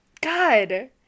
God